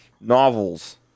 novels